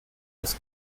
das